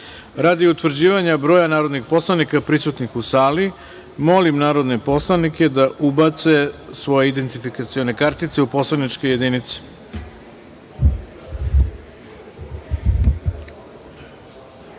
utvrđivanja broja narodnih poslanika prisutnih u sali, molim narodne poslanike da ubace svoje identifikacione kartice u poslaničke jedinice